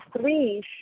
three